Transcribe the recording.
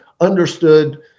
understood